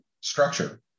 structure